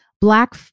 black